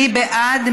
מי בעד?